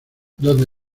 dónde